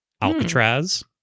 Alcatraz